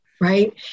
right